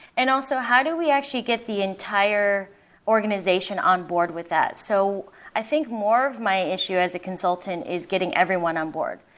and also, how do we actually get the entire organization on board with that? so i i think more of my issue as a consultant is getting everyone on board.